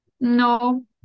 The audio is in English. No